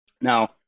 Now